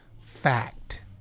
fact